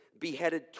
beheaded